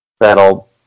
that'll